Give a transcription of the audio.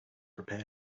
prepared